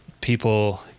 people